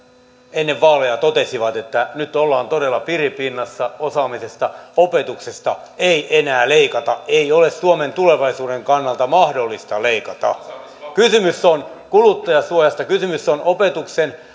ennen vaaleja totesivat että nyt ollaan todella piripinnassa osaamisesta opetuksesta ei enää leikata ei ole suomen tulevaisuuden kannalta mahdollista leikata kysymys on kuluttajansuojasta kysymys on opetuksen